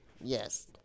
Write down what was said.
Yes